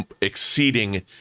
exceeding